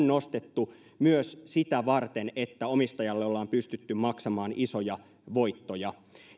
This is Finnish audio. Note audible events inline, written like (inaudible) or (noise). (unintelligible) nostettu myös sitä varten että omistajalle ollaan pystytty maksamaan isoja voittoja